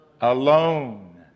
alone